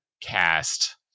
cast